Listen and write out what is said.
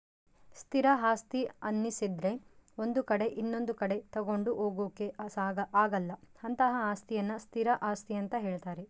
ಸ್ಥಿರ ಆಸ್ತಿ ಅನ್ನಿಸದ್ರೆ ಒಂದು ಕಡೆ ಇನೊಂದು ಕಡೆ ತಗೊಂಡು ಹೋಗೋಕೆ ಆಗಲ್ಲ ಅಂತಹ ಅಸ್ತಿಯನ್ನು ಸ್ಥಿರ ಆಸ್ತಿ ಅಂತ ಹೇಳ್ತಾರೆ